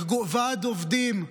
ועד עובדים,